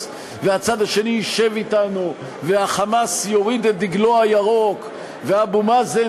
והצד השני ישב אתנו וה"חמאס" יוריד את דגלו הירוק ואבו מאזן